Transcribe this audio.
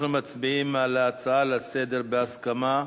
אנחנו מצביעים על הצעה לסדר-היום, בהסכמה.